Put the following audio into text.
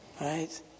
Right